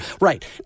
Right